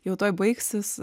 jau tuoj baigsis